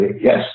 yes